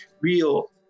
real